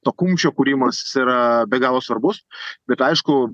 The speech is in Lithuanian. to kumščio kūrimas yra be galo svarbus bet aišku